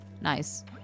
Nice